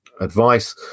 advice